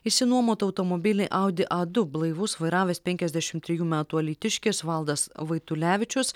išsinuomotą automobilį audi a du blaivus vairavęs penkiasdešim trejų metų alytiškis valdas vaitulevičius